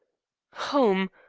home?